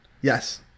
Yes